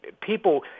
people